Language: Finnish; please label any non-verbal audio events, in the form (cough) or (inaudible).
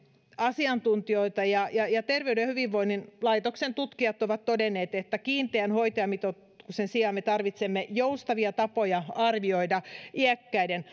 asiantuntijoita ja terveyden ja hyvinvoinnin laitoksen tutkijat ovat todenneet että kiinteän hoitajamitoituksen sijaan me tarvitsemme joustavia tapoja arvioida iäkkäiden (unintelligible)